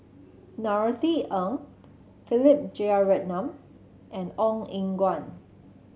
Norothy Ng Philip Jeyaretnam and Ong Eng Guan